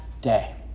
day